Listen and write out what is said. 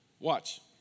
Watch